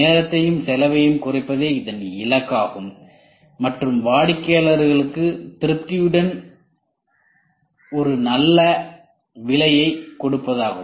நேரத்தையும் செலவையும் குறைப்பதே இறுதி இலக்காகும் மற்றும் வாடிக்கையாளர்களுக்கு திருப்தியுடன் ஒரு நல்ல விலையை கொடுப்பதாகும்